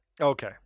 Okay